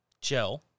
gel